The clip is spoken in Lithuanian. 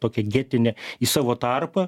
tokią getinę į savo tarpą